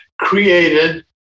created